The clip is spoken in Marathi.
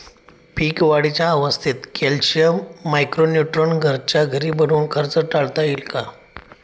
पीक वाढीच्या अवस्थेत कॅल्शियम, मायक्रो न्यूट्रॉन घरच्या घरी बनवून खर्च टाळता येईल का?